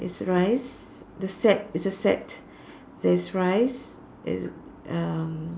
it's rice the set is a set there is rice there is um